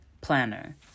Planner